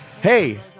hey